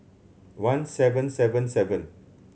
one seven seven seven